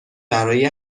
برای